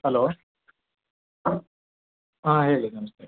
hello ಹಾಂ ಹೇಳಿ ನಮಸ್ತೆ